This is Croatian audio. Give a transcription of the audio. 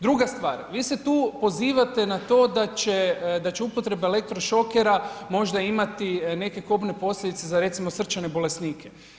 Druga stvar, vi se tu pozivate na to da će upotreba elektrošokera možda imati neke kobne posljedice, za recimo srčane bolesnike.